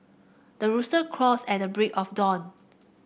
the rooster crows at the break of dawn